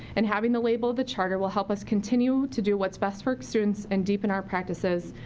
and having the label of the charter will help us continue to do what's best for students and deepen our practices.